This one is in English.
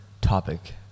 topic